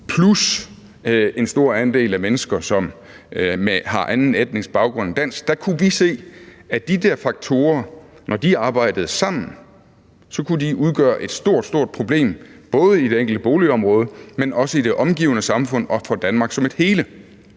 plus en stor andel af mennesker, som har anden etnisk baggrund end dansk, kunne vi se, at de der faktorer, når de arbejdede sammen, så kunne udgøre et stort, stort problem, både i det enkelte boligområde, men også i det omgivende samfund og for Danmark som et hele.